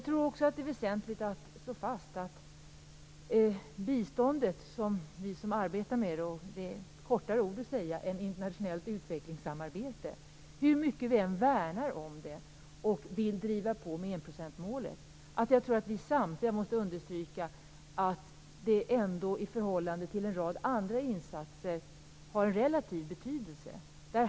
Hur mycket vi än värnar om biståndet - "bistånd" är kortare än "internationellt utvecklingssamarbete" - och hur mycket vi än vill driva på för att vi skall nå enprocentsmålet tror jag att vi måste understryka att biståndet ändå i förhållande till en rad andra insatser har en relativt liten betydelse.